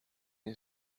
این